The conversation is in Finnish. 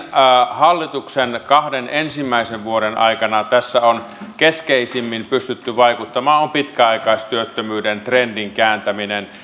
hallituksen kahden ensimmäisen vuoden aikana tässä on keskeisimmin pystytty vaikuttamaan on pitkäaikaistyöttömyyden trendin kääntäminen